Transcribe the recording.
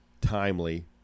timely